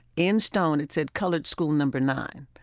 in stone, it said, colored school number nine.